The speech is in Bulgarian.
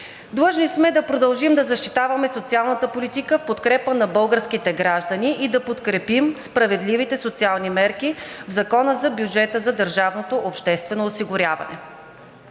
Длъжни сме да продължим да защитаваме социалната политика в подкрепа на българските граждани и да подкрепим справедливите социални мерки в Закона за бюджета за държавното обществено осигуряване.